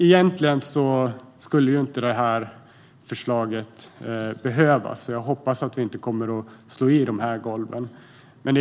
Egentligen skulle inte förslaget behövas, och jag hoppas att vi inte kommer att slå i golven.